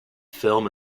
film